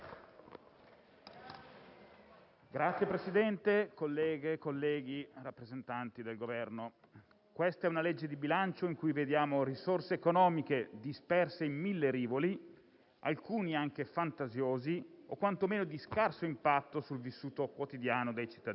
Signor Presidente, colleghe e colleghi, rappresentanti del Governo, quella al nostro esame è una legge di bilancio in cui vediamo risorse economiche disperse in mille rivoli, alcuni anche fantasiosi o quantomeno di scarso impatto sul vissuto quotidiano dei cittadini.